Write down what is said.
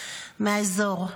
מהאזור.